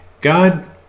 God